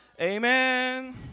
Amen